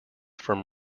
from